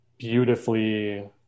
beautifully